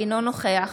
אינו נוכח